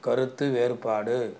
கருத்து வேறுபாடு